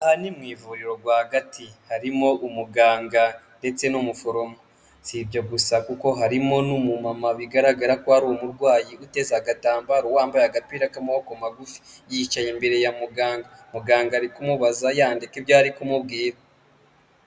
Aha ni mu ivuriro rwagati, harimo umuganga ndetse n'umuforomo si ibyo gusa kuko harimo n'umumama bigaragara ko ari umurwayi uteze agatambaro wambaye agapira k'amaboko magufi, yicaye imbere ya muganga, muganga ari kumubaza yandika ibyo ari kumubwira.